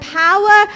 power